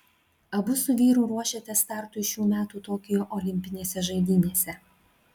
abu su vyru ruošėtės startui šių metų tokijo olimpinėse žaidynėse